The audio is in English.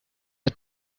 the